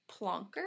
Plonker